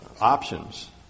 options